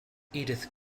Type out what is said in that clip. edith